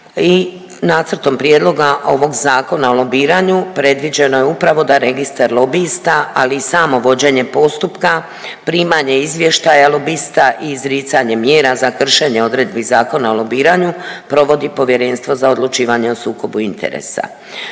i Nacrtom prijedloga ovog Zakona o lobiranju predviđeno je upravo da Registar lobista, ali i samo vođenje postupka, primanje izvještaja lobista i izricanje mjera za kršenje odredbi Zakona o lobiranju provodi Povjerenstvo za odlučivanje o sukobu interesa.